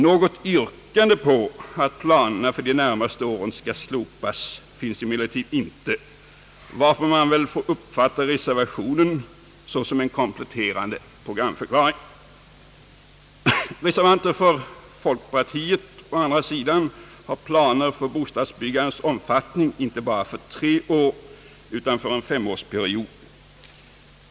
Något yrkande på att planerna för de närmaste åren skall slopas finns emellertid inte, varför man väl får uppfatta reservationen såsom en kompletterande programförklaring. Reservanterna från folkpartiet har planer för bostadsbyggandets omfattning inte bara för tre år, utan för en femårsperiod.